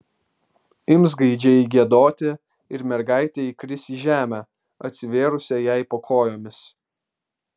ims gaidžiai giedoti ir mergaitė įkris į žemę atsivėrusią jai po kojomis